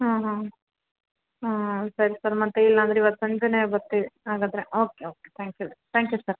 ಹಾಂ ಹಾಂ ಹಾಂ ಸರಿ ಸರ್ ಮತ್ತು ಇಲ್ಲಾಂದರೆ ಇವತ್ತು ಸಂಜೆನೇ ಬರ್ತೀವಿ ಹಾಗಾದರೆ okay okay thank you thank you sir